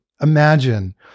imagine